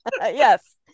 Yes